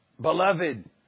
Beloved